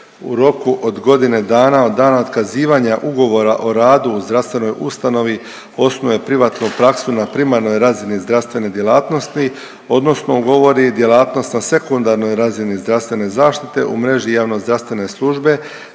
u roku od godine dana od dana otkazivanja ugovora o radu u zdravstvenoj ustanovi osnuje privatnu praksu na primarnoj razini zdravstvene djelatnosti odnosno ugovori djelatnost na sekundarnoj razini zdravstvene zaštite u mreži javnozdravstvene službe